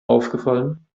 aufgefallen